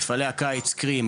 מפעלי הקיץ קרי,